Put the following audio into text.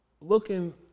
looking